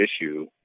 issue